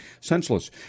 senseless